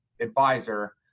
advisor